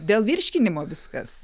dėl virškinimo viskas